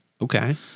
Okay